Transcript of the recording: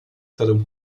saddam